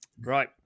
Right